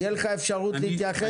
תהיה לך אפשרות להתייחס.